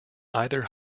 either